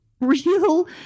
real